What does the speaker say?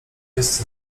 jest